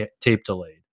tape-delayed